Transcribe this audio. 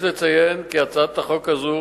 יש לציין כי הצעת החוק הזאת